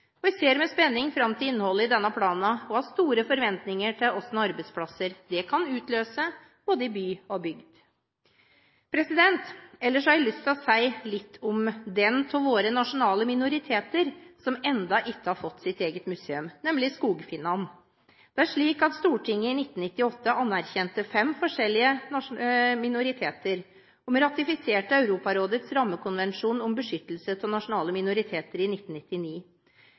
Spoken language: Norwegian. næring. Jeg ser med spenning fram til innholdet i denne planen, og har store forventninger til hvilke arbeidsplasser den kan utløse både i by og bygd. Ellers har jeg lyst til å si litt om den av våre nasjonale minoriteter som enda ikke har fått sitt eget museum, nemlig skogfinnene. Det er slik at Stortinget i 1998 anerkjente fem forskjellige minoriteter, og vi ratifiserte Europarådets rammekonvensjon om beskyttelse av nasjonale minoriteter i 1999.